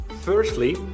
Firstly